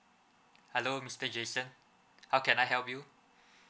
hello mister jason how can I help you